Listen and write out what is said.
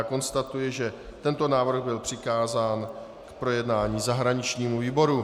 Konstatuji, že tento návrh byl přikázán k projednání zahraničnímu výboru.